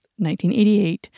1988